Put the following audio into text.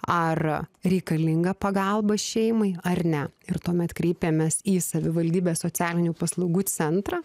ar reikalinga pagalba šeimai ar ne ir tuomet kreipiamės į savivaldybės socialinių paslaugų centrą